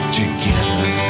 together